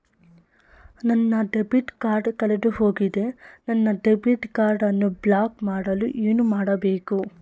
ನನ್ನ debit card ಕಳೆದುಹೋಗಿದೆ ನನ್ನ ಡೆಬಿಟ್ ಕಾರ್ಡ್ ಅನ್ನು ಬ್ಲಾಕ್ ಮಾಡಲು ಏನು ಮಾಡಬೇಕು?